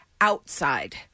outside